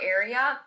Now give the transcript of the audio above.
area